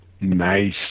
Nice